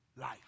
life